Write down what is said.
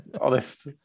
Honest